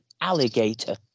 alligator